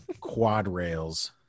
quadrails